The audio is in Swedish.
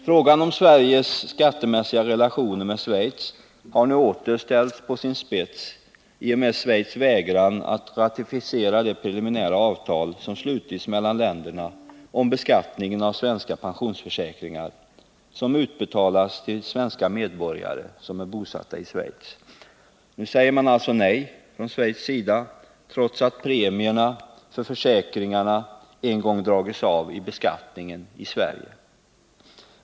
Frågan om Sveriges skattemässiga relationer med Schweiz har nu åter ställts på sin spets genom Schweiz vägran att ratificera det preliminära avtal som slutits mellan länderna om beskattningen av svenska pensionsförsäkringar som utbetalas till svenska medborgare som är bosatta i Schweiz. Nu säger man alltså nej från Schweiz sida, trots att premierna för försäkringarna en gång dragits av vid beskattningen i Sverige.